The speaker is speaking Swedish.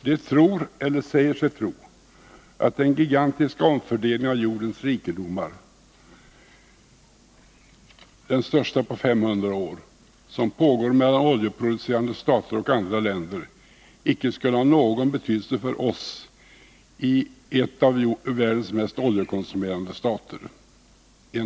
De tror, eller säger sig tro, att den gigantiska omfördelning av jordens rikedomar — den största på 500 år — som pågår mellan oljeproducerande stater och andra länder inte skulle ha någon betydelse för oss, en av världens mest oljekonsumerande stater.